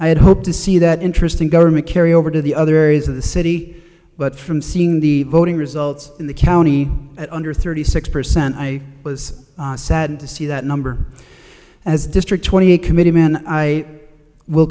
i had hoped to see that interesting government carry over to the other areas of the city but from seeing the voting results in the county under thirty six percent i was sad to see that number as district twenty committeeman i will